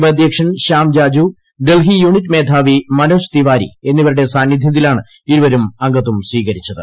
ഉപ്പാദ്ധ്യക്ഷൻ ശ്യാംജാജു Delhi unit മേധാവി മനോജ് തിവായ്ക്ക് എന്നിവരുടെ സാന്നിധൃത്തിലാണ് ഇരുവരും അംഗത്വം സ്വീകരിച്ചത്